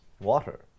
water